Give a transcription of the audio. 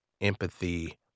empathy